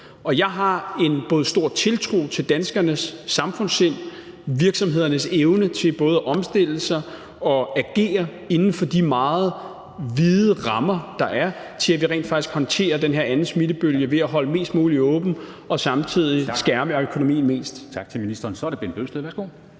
og jeg har både en stor tiltro til danskernes samfundssind og virksomhedernes evne til at omstille sig og agere inden for de meget vide rammer, der er, til, at vi rent faktisk håndterer den her anden smittebølge ved at holde mest muligt åbent og samtidig skærme økonomien mest muligt. Kl. 10:58 Formanden (Henrik